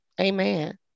Amen